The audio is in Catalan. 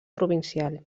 provincial